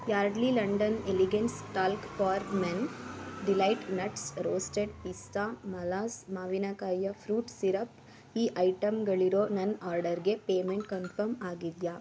Yardley London elegance talc for men delight nuts roasted pista Mala's ಮಾವಿನ ಕಾಯಿಯ fruit syrup ಈ ಐಟಮ್ಗಳಿರೋ ನನ್ನ ಆರ್ಡರ್ಗೆ ಪೇಮೆಂಟ್ ಕನ್ಫರ್ಮ್ ಆಗಿದೆಯಾ